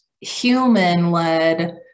human-led